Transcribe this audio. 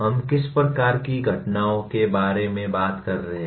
हम किस प्रकार की घटनाओं के बारे में बात कर रहे हैं